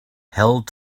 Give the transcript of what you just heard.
held